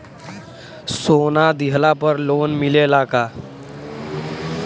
सोना दिहला पर लोन मिलेला का?